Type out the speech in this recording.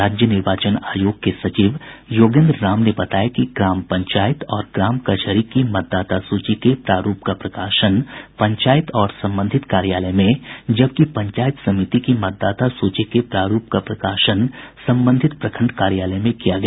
राज्य निर्वाचन आयोग के सचिव योगेन्द्र राम ने बताया कि ग्राम पंचायत ग्राम कचहरी की मतदाता सूची के प्रारूप का प्रकाशन पंचायत और संबंधित कार्यालय में जबकि पंचायत समिति की मतदाता सूची के प्रारूप का प्रकाशन संबंधित प्रखंड कार्यालय में किया गया